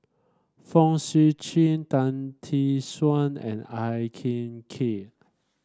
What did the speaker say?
Fong Sip Chee Tan Tee Suan and Ang Hin Kee